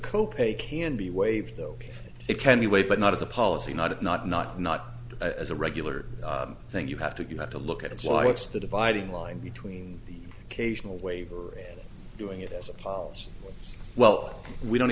co pay can be waived though it can be way but not as a policy not of not not not as a regular thing you have to do you have to look at what's the dividing line between the occasional waiver and doing it as a policy well we don't